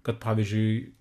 kad pavyzdžiui